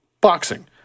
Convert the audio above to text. boxing